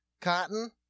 cotton